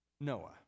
Noah